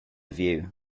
view